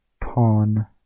Pawn